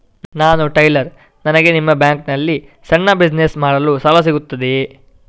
ನಾನು ಟೈಲರ್, ನನಗೆ ನಿಮ್ಮ ಬ್ಯಾಂಕ್ ನಲ್ಲಿ ಸಣ್ಣ ಬಿಸಿನೆಸ್ ಮಾಡಲು ಸಾಲ ಸಿಗುತ್ತದೆಯೇ?